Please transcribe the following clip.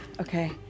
Okay